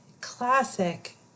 classic